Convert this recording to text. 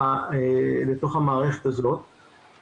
בוקר טוב לכולם.